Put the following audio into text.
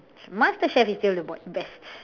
master chef is still the best